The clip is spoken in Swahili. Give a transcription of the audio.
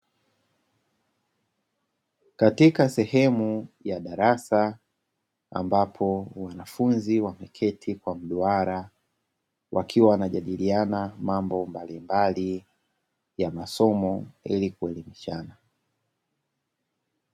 Katika sehemu ya darasa ambapo wanafunzi wameketi kwa duara, wakiwa wanajadiliana mambo mbalimbali ya masomo ili kuelimishana.